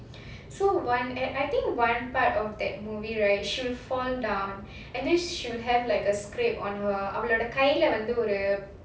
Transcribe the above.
so one and I think one part of that movie right she'll fall down and she'll have like a scrape on her அவளோட கைல ஒரு:avaloda kaila oru